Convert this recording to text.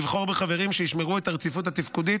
לבחור בחברים שישמרו את הרציפות התפקודית